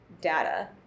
data